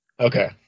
Okay